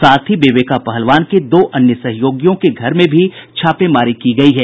साथ ही विवेका पहलवान के दो अन्य सहयोगियों के घर में भी छापेमारी की गयी है